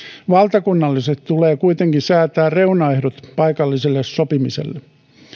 valtakunnallisesti tulee kuitenkin säätää reunaehdot paikalliselle sopimiselle